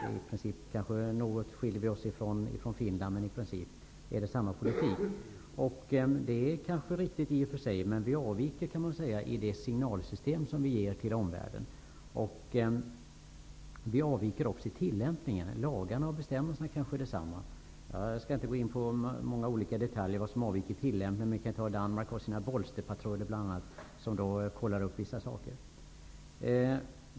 Hon säger att vi kanske skiljer oss något från Finland, men i princip är det samma politik som förs. Det kanske i och för sig är riktigt. Men vi avviker i det signalsystem som vi ger till omvärlden. Vi avviker också när det gäller tillämpningen. Lagarna och bestämmelserna kanske är desamma. Jag skall inte gå in på så många olika detaljer om vad som avviker i tillämpningen. Men jag kan nämna att Danmark bl.a. har sina bolsterpatruller, som kollar upp vissa saker.